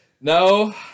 No